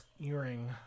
earring